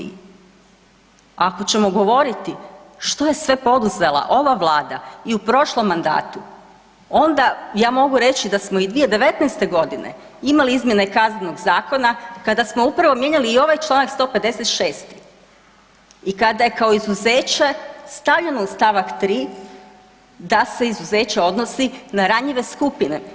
Ako ćemo govoriti što je sve poduzela ova vlada i u prošlom mandatu onda ja mogu reći da smo i 2019.g. imali izmjene Kaznenog zakona kada smo upravo mijenjali i ovaj čl. 156. i kada je kao izuzeće stavljeno u st. 3. da se izuzeće odnosi na ranjive skupine.